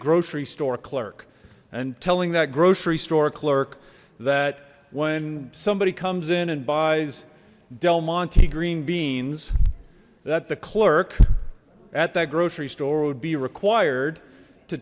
grocery store clerk and telling that grocery store clerk that when somebody comes in and buys delmonte green beans that the clerk at that grocery store would be required to